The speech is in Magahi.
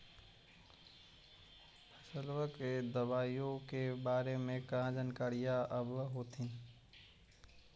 फसलबा के दबायें के बारे मे कहा जानकारीया आब होतीन?